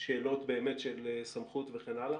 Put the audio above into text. שאלות באמת של סמכות וכן הלאה.